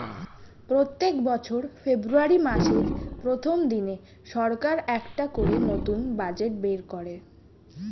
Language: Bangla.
প্রত্যেক বছর ফেব্রুয়ারি মাসের প্রথম দিনে সরকার একটা করে নতুন বাজেট বের করে